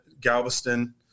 galveston